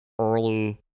early